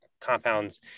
compounds